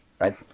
right